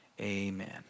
Amen